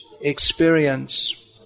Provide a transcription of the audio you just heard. experience